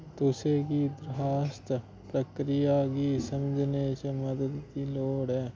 तुसेंगी दरखास्त प्रक्रिया गी समझने आस्तै मदद दी लोड़ ऐ